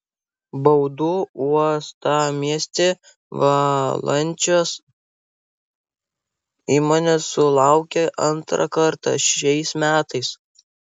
baudų uostamiestį valančios įmonės sulaukia antrą kartą šiais metais